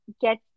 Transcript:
get